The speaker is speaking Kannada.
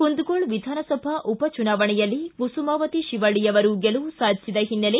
ಕುಂದಗೋಳ ವಿಧಾನಸಭಾ ಉಪ ಚುನಾವಣೆಯಲ್ಲಿ ಕುಸುಮಾವತಿ ಶಿವಳ್ಳಿ ಅವರು ಗೆಲುವು ಸಾಧಿಸಿದ ಹಿನ್ನೆಲೆ